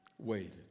waited